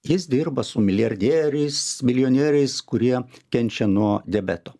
jis dirba su milijardieriais milijonieriais kurie kenčia nuo diabeto